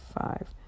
five